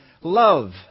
Love